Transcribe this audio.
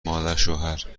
مادرشوهرچشمت